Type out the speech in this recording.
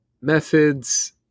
Methods